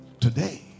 Today